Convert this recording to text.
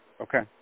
Okay